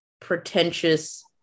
pretentious